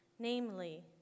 Namely